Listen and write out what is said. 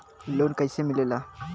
Loan कईसे मिलेला?